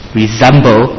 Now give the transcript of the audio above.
resemble